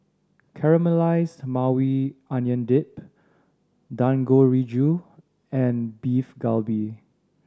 Caramelized Maui Onion Dip Dangojiru and Beef Galbi